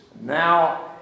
now